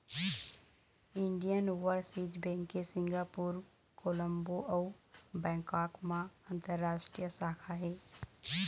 Indian Overseas Bank के Singapore, Colombo अउ Bangkok म अंतररास्टीय शाखा हे